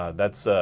that's